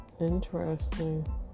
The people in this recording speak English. interesting